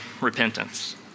repentance